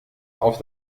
auf